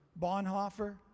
Bonhoeffer